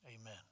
amen